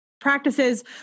practices